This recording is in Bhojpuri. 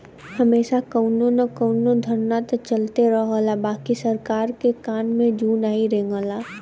हमेशा कउनो न कउनो धरना त चलते रहला बाकि सरकार के कान में जू नाही रेंगला